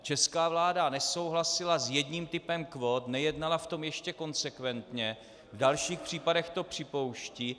Česká vláda nesouhlasila s jedním typem kvót, nejednala v tom ještě konsekventně, v dalších případech to připouští.